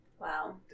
Wow